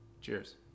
Cheers